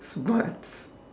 what